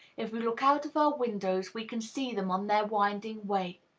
if we look out of our windows, we can see them on their winding way.